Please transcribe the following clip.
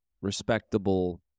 respectable